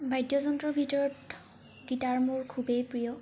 বাদ্যযন্ত্ৰৰ ভিতৰত গীটাৰ মোৰ খুবেই প্ৰিয়